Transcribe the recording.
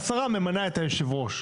השרה ממנה את יושב הראש,